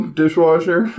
dishwasher